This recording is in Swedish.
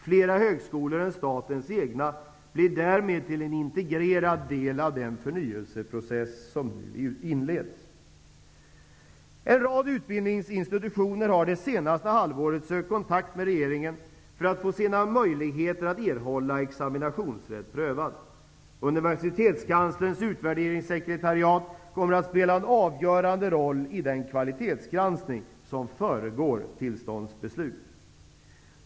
Fler högskolor än statens egna blir därmed till en integrerad del av den förnyelseprocess som nu inleds. En rad utbildningsinstitutioner har det senaste halvåret sökt kontakt med regeringen för att få sina möjligheter att erhålla examinationsrätt prövade. Universitetskanslerns utvärderingssekretariat kommer att spela en avgörande roll i den kvalitetsgranskning som föregår tillståndsbeslut.